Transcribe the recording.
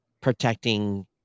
protecting